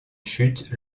chute